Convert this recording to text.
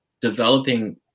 developing